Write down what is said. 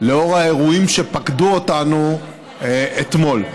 לאור האירועים שפקדו אותנו אתמול.